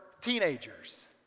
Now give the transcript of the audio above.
teenagers